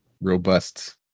robust